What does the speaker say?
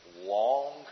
long